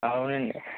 అవునండి